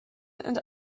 and